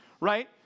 right